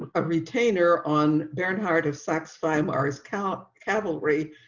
a retainer on barnhart have sex, five hours count cavalry,